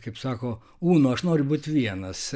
kaip sako uno aš noriu būti vienas